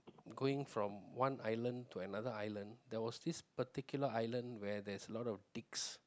going from one island to another island there was this particular island where there's a lot of dicks